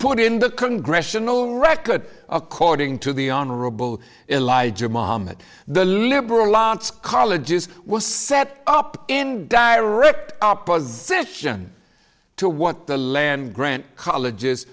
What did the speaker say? put in the congressional record according to the honorable elijah muhammad the liberal arts colleges was set up in direct opposition to what the land grant colleges